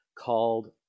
called